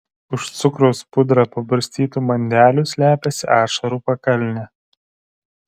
už cukraus pudra pabarstytų bandelių slepiasi ašarų pakalnė